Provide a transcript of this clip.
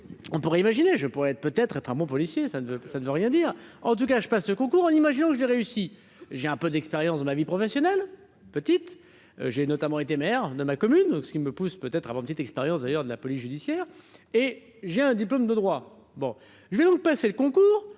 on pourrait imaginer, je pourrais être peut être être policiers ça ne ça ne veut rien dire en tout cas je passe le concours, on imagine que j'ai réussi, j'ai un peu d'expérience de la vie professionnelle, petite, j'ai notamment été maire de ma commune, donc ce qui me pousse peut être avant, petite expérience d'ailleurs de la police judiciaire, et j'ai un diplôme de droit, bon, je vais vous passer le concours,